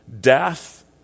Death